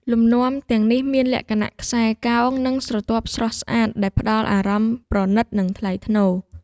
លំនាំទាំងនេះមានលក្ខណៈខ្សែកោង និងស្រទាប់ស្រស់ស្អាត ដែលផ្តល់អារម្មណ៍ប្រណីត និងថ្លៃថ្នូរ